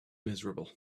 miserable